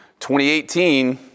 2018